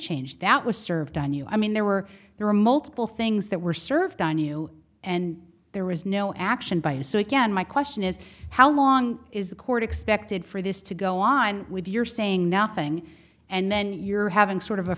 change that was served on you i mean there were there were multiple things that were served on you and there was no action by you so again my question is how long is the court expected for this to go on with your saying nothing and then you're having sort of a